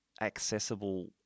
accessible